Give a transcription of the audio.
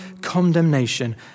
condemnation